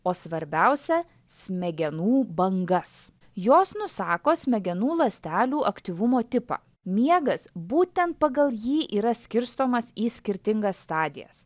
o svarbiausia smegenų bangas jos nusako smegenų ląstelių aktyvumo tipą miegas būtent pagal jį yra skirstomas į skirtingas stadijas